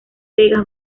vegas